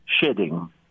shedding